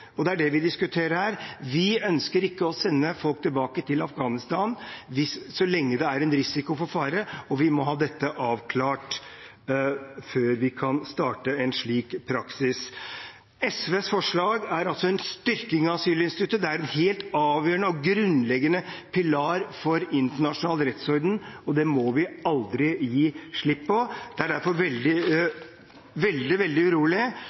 og det er det vi diskuterer her. Vi ønsker ikke å sende folk tilbake til Afghanistan så lenge det er risiko for fare, og vi må ha dette avklart før vi kan starte en slik praksis. SVs forslag er altså en styrking av asylinstituttet. Det er en helt avgjørende og grunnleggende pilar i internasjonal rettsorden, og det må vi aldri gi slipp på. Det er derfor veldig